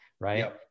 Right